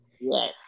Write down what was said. Yes